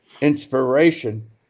inspiration